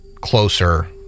closer